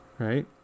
Right